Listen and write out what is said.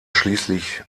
schließlich